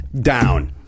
down